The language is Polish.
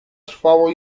trwało